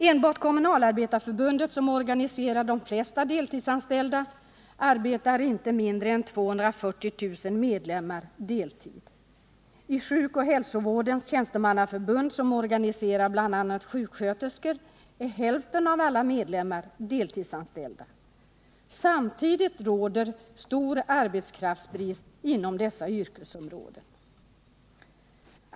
Inom Kommunalarbetareförbundet, som organiserar de flesta deltidsanställda, arbetar inte mindre än 240000 medlemmar deltid. I Sjukoch hälsovårdens tjänstemannaförbund, som organiserar bl.a. sjuksköterskor, är hälften av alla medlemmar deltidsanställda. Samtidigt råder stor arbetskraftsbrist inom dessa yrkesområden.